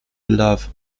love